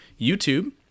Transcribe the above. youtube